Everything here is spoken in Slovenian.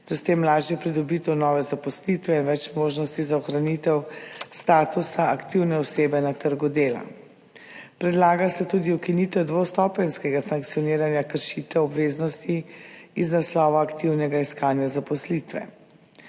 s tem lažjo pridobitev nove zaposlitve in več možnosti za ohranitev statusa aktivne osebe na trgu dela. Predlaga se tudi ukinitev dvostopenjskega sankcioniranja kršitev obveznosti iz naslova aktivnega iskanja zaposlitve.